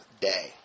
day